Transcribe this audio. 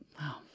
Wow